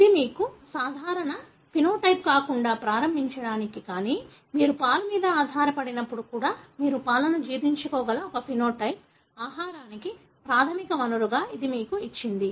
ఇది మీకు సాధారణ ఫెనోటైప్ కాకుండా ప్రారంభించడానికి కానీ మీరు పాలు మీద ఆధారపడనప్పుడు కూడా మీరు పాలను జీర్ణించుకోగల ఒక ఫెనోటైప్ ఆహారానికి ప్రాథమిక వనరుగా ఇది మీకు ఇచ్చింది